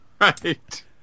Right